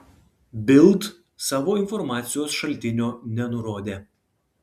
bild savo informacijos šaltinio nenurodė